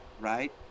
right